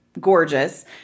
gorgeous